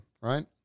right